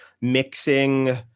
mixing